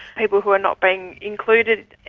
people who are not being included.